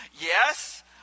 Yes